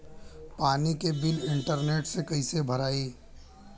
पानी के bill internet से कइसे भराई?